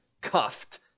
cuffed